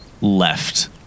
left